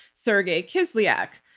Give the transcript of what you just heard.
sergey kislyak.